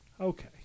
Okay